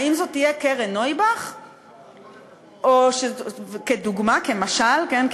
האם זאת תהיה קרן נויבך, כדוגמה, כמשל, כן?